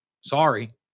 Sorry